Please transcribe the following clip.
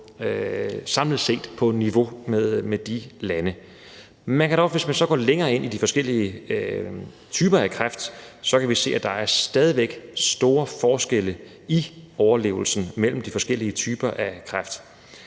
samlet set ligger på niveau med de lande. Man kan dog, hvis man så går længere ned i de forskellige typer af kræft, se, at der stadig væk er store forskelle i overlevelsen mellem de forskellige typer af kræft.